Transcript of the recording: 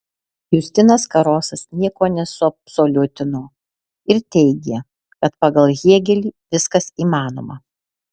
justinas karosas nieko nesuabsoliutino ir teigė kad pagal hėgelį viskas įmanoma